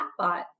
chatbot